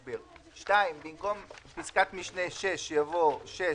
(2) במקום פסקת משנה (6) יבוא: "(6)